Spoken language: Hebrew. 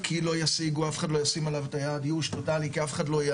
כי לא ישיגו - אף אחד לא ישים עליו את היד,